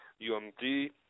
UMD